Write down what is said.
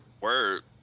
word